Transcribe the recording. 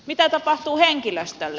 mitä tapahtuu henkilöstölle